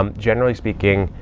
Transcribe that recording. um generally speaking,